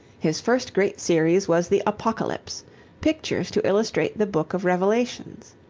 his first great series was the apocalypse pictures to illustrate the book of revelations.